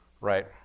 right